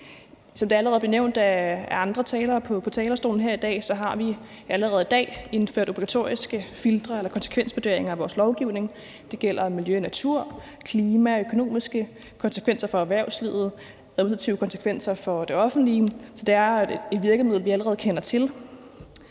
Som det allerede er blevet nævnt af andre talere på talerstolen her i dag, har vi allerede i dag indført obligatoriske filtre eller konsekvensvurderinger af vores lovgivning, når det gælder miljø-, natur-, klimamæssige og økonomiske konsekvenser for erhvervslivet og administrative konsekvenser for det offentlige, så det er et virkemiddel, vi allerede kender til.